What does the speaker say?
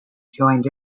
joined